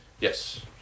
Yes